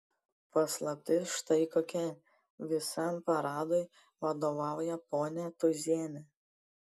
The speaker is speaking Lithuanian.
paslaptis štai kokia visam paradui vadovauja ponia tūzienė